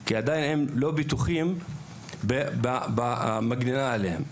כי הם עדיין לא בטוחים בהגנה עליהם.